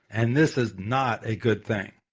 and this is not a good thing.